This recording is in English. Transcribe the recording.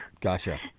Gotcha